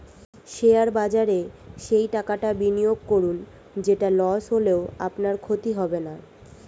share বাজারে সেই টাকাটা বিনিয়োগ করুন যেটা লস হলেও আপনার ক্ষতি হবে না